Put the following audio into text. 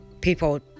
people